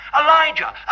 Elijah